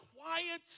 quiet